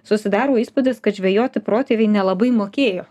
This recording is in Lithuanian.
susidaro įspūdis kad žvejoti protėviai nelabai mokėjo